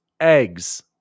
Eggs